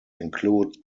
include